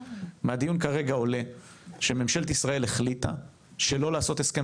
מהדיון כרגע עולה שממשלת ישראל החליטה שלא לעשות הסכם